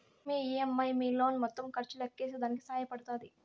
మీ EMI మీ loan మొత్తం ఖర్చు లెక్కేసేదానికి సహాయ పడతాది